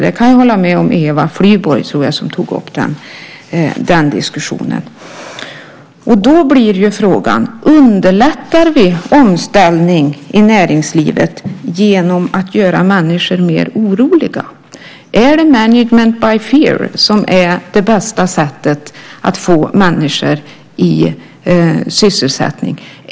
Det kan jag hålla med Eva Flyborg om; jag tror att det var hon som tog upp den diskussionen. Då blir frågan: Underlättar vi omställning i näringslivet genom att göra människor mer oroliga? Är det management by fear som är det bästa sättet att få människor i sysselsättning?